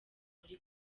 muri